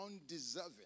undeserving